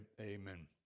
Amen